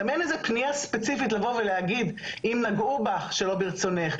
גם אין איזה פניה ספיציפית לבוא ולהגיד אם נגעו בך שלא ברצונך,